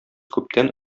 күптән